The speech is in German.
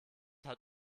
hat